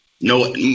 no